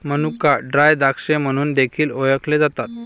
मनुका ड्राय द्राक्षे म्हणून देखील ओळखले जातात